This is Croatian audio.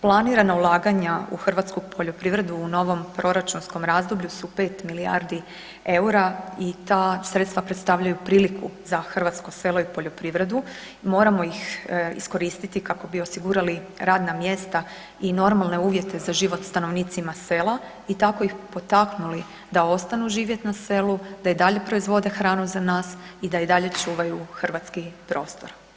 Planirana ulaganja u hrvatsku poljoprivredu u novom proračunskom razdoblju su 5 milijardi eura i ta sredstva predstavljaju priliku za hrvatsko selo i poljoprivredu, moramo ih iskoristiti kako bi osigurali radna mjesta i normalne uvjete za život stanovnicima sela i tako ih potaknuli da ostanu živjeti na selu, da i dalje proizvode hranu za nas i da i dalje čuvaju hrvatski prostor.